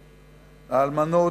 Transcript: לאלמנות,